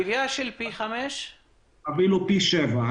זו עליה של אפילו פי שבע.